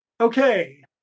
Okay